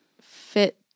Fit